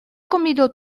comido